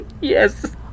Yes